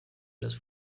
los